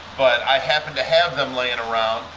but i happened to have them laying around.